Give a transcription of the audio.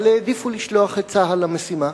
אבל העדיפו לשלוח את צה"ל למשימה.